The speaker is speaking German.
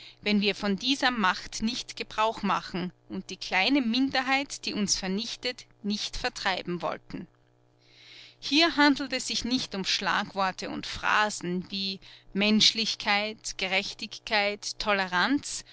wenn wir von dieser macht nicht gebrauch machen und die kleine minderheit die uns vernichtet nicht vertreiben wollten hier handelt es sich nicht um schlagworte und phrasen wie menschlichkeit gerechtigkeit toleranz